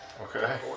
Okay